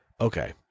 Okay